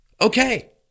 Okay